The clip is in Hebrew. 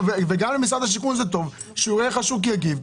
גם למשרד השיכון טוב לראות איך השוק יגיב,